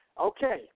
Okay